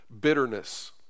bitterness